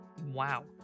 wow